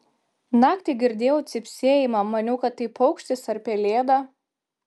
naktį girdėjau cypsėjimą maniau kad tai paukštis ar pelėda